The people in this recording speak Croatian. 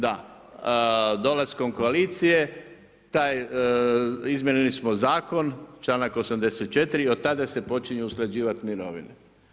Da, dolaskom koalicije izmijenili smo zakon, članak 84. i od tada se počinju usklađivati mirovine.